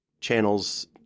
channels